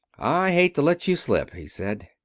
i hate to let you slip, he said.